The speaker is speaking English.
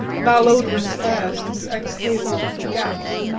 malodorous air seemed to exhale through the gaps,